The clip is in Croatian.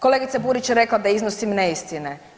Kolegica Burić je rekla da iznosim neistine.